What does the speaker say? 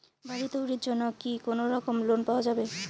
বাড়ি তৈরির জন্যে কি কোনোরকম লোন পাওয়া যাবে?